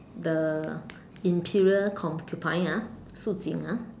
the interior concubine ah Shu-Jing ah